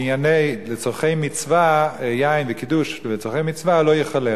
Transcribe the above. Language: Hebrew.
שלצורכי מצווה, יין לקידוש וצורכי מצווה לא ייכלל.